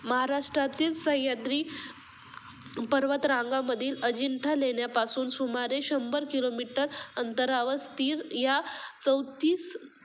महाराष्ट्रातील सह्याद्री पर्वतरांगामधील अजिंठा लेण्यापासून सुमारे शंभर किलोमीटर अंतरावर स्थिर या चौतीस